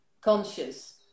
conscious